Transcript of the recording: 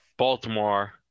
Baltimore